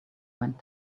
went